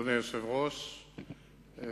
אדוני היושב-ראש,